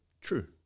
true